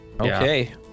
okay